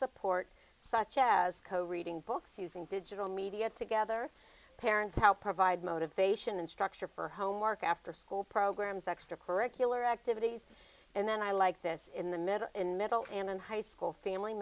support such as co reading books using digital media together parents help provide motivation and structure for homework after school programs extracurricular activities and then i like this in the middle in middle and high school family